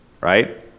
right